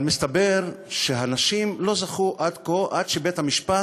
אבל מסתבר שהנשים לא זכו עד כה, עד שבית-המשפט